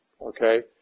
Okay